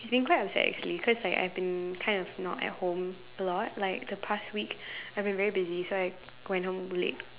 he's been quite upset actually cause like I've been kind of not at home a lot like the past week I've been very busy so I went home late